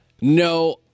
No